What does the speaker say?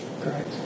Correct